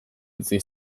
utzi